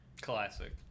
Classic